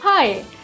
Hi